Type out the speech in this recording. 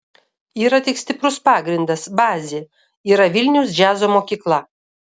yra tik stiprus pagrindas bazė yra vilniaus džiazo mokykla